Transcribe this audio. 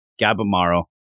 Gabamaro